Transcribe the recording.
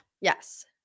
Yes